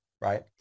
right